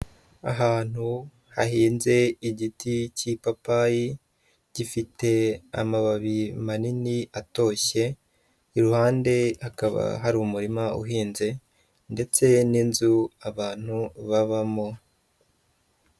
Ahantu hahinze igiti cy'ipapayi gifite amababi manini atoshye, iruhande hakaba hari umurima uhinze ndetse n'inzu abantu babamo.